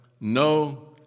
no